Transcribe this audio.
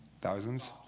Thousands